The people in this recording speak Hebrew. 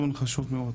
נכון.